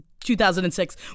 2006